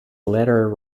letter